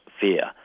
fear